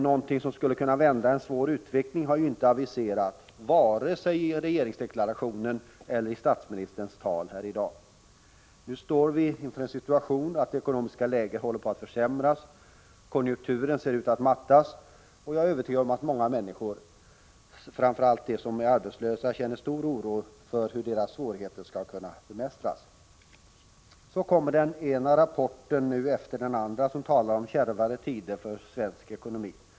Något som skulle kunna vända en svår utveckling har inte aviserats vare sig i regeringsdeklarationen eller i statsministerns tal här i dag. Nu står vi inför en situation att det ekonomiska läget håller på att försämras, konjunkturen ser ut att mattas, och jag är övertygad om att många människor, framför allt de arbetslösa, känner stor oro för hur deras svårigheter skall kunna bemästras. Den ena rapporten efter den andra talar om kärvare tider för svensk ekonomi.